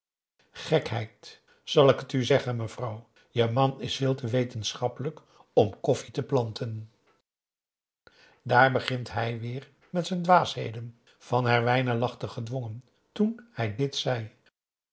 gekheid zal ik het u zeggen mevrouw je man is veel te wetenschappelijk om koffie te planten p a daum hoe hij raad van indië werd onder ps maurits daar begint hij weêr met zijn dwaasheden van herwijnen lachte gedwongen toen hij dit zei